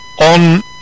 on